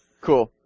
Cool